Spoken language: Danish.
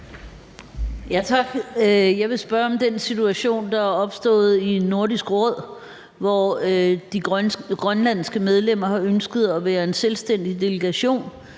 Jeg vil spørge om den situation, der er opstået i Nordisk Råd, hvor de grønlandske medlemmer har ønsket at være en selvstændig delegation,